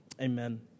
Amen